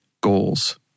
goals